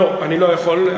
לא, אני לא יכול.